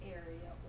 area